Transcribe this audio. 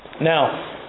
Now